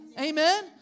Amen